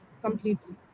completely